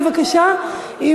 בבקשה,